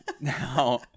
Now